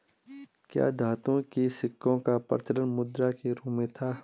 क्या धातुओं के सिक्कों का प्रचलन मुद्रा के रूप में था?